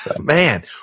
Man